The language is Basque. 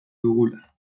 dugula